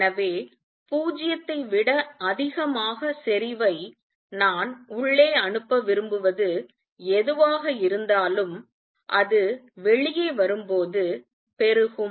எனவே 0 ஐ விட அதிகமாக செறிவை நான் உள்ளே அனுப்ப விரும்புவது எதுவாக இருந்தாலும் அது வெளியே வரும்போது பெருகும்